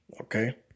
Okay